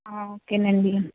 okay అండి